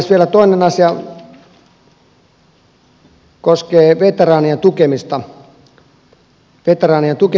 vielä toinen asia se koskee veteraanien tukemista